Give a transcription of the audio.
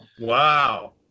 Wow